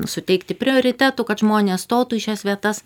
suteikti prioritetų kad žmonės stotų į šias vietas